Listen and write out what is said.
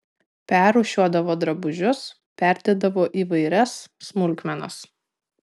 perrūšiuodavo drabužius perdėdavo įvairias smulkmenas